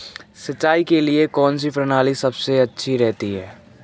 सिंचाई के लिए कौनसी प्रणाली सबसे अच्छी रहती है?